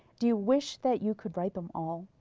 do you wish that you could write them all?